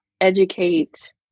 educate